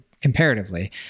comparatively